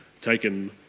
taken